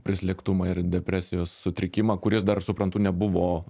prislėgtumą ir depresijos sutrikimą kuris dar suprantu nebuvo